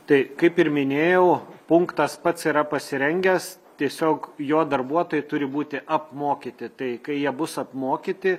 tai kaip ir minėjau punktas pats yra pasirengęs tiesiog jo darbuotojai turi būti apmokyti tai kai jie bus apmokyti